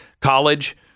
college